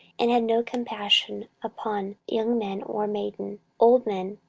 and had no compassion upon young man or maiden, old man,